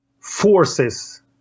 forces